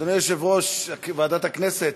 אדוני יושב-ראש ועדת הכנסת,